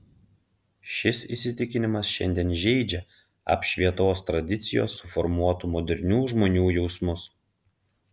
šis įsitikinimas šiandien žeidžia apšvietos tradicijos suformuotų modernių žmonių jausmus